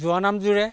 যোৰা নাম জোৰে